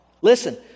Listen